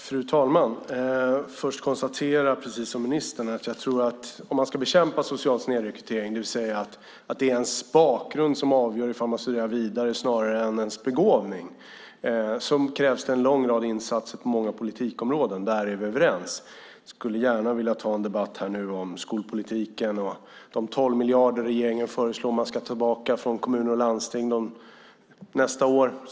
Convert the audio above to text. Fru talman! Först konstaterar jag precis som ministern att om man ska bekämpa social snedrekrytering, det vill säga att det är ens bakgrund som avgör ifall man studerar vidare snarare än ens begåvning, krävs det en lång rad insatser på många politikområden. Där är vi överens. Jag skulle gärna vilja ta en debatt om skolpolitiken och om de 12 miljarder regeringen föreslår ska tas tillbaka från kommuner och landsting nästa år.